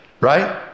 right